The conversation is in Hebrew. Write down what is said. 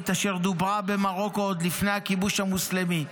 אשר דוברה במרוקו עוד לפני הכיבוש המוסלמי,